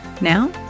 Now